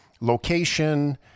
location